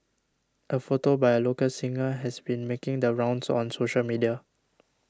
a photo by a local singer has been making the rounds on social media